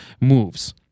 moves